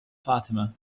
fatima